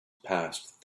passed